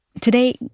Today